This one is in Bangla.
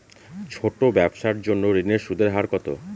ছোট ব্যবসার জন্য ঋণের সুদের হার কত?